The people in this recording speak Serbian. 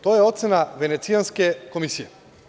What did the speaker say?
To je ocena Venecijanske komisije.